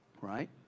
Right